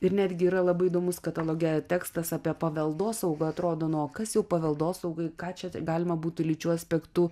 ir netgi yra labai įdomus kataloge tekstas apie paveldosaugą atrodo nu o kas jau paveldosaugai ką čia galima būtų lyčių aspektu